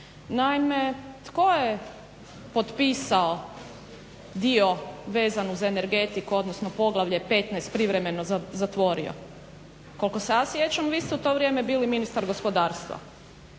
Naime, tko je potpisao dio vezan uz energetiku, odnosno poglavlje 15 privremeno zatvorio. Koliko se ja sjećam vi ste u to vrijeme bili ministar gospodarstva